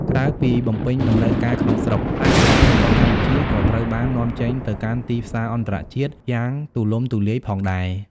ក្រៅពីបំពេញតម្រូវការក្នុងស្រុក ផ្លែស្វាយរបស់កម្ពុជាក៏ត្រូវបាន នាំចេញទៅកាន់ទីផ្សារអន្តរជាតិ យ៉ាងទូលំទូលាយផងដែរ។